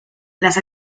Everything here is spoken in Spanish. las